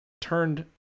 turned